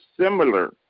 similar